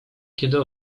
kiedy